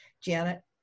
Janet